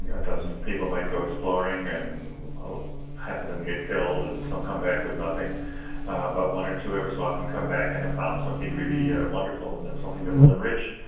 yeah dozen people might go exploring and half of them get killed and some come back with nothing but one or two ever so often come back and have found something really yeah wonderful and then something that will enrich